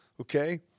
okay